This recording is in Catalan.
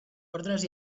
ordres